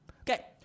Okay